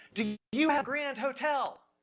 do you have grand hotel?